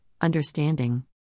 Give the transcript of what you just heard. understanding